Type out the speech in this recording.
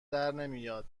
درنمیاد